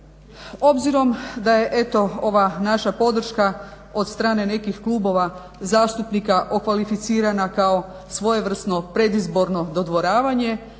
Obzirom da je eto ova naša podrška od strane nekih klubova zastupnika okvalificirana kao svojevrsno predizborno dodvoravanje,